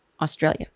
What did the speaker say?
Australia